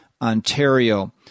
Ontario